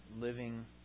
living